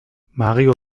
mario